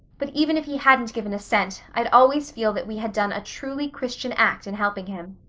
but even if he hadn't given a cent i'd always feel that we had done a truly christian act in helping him.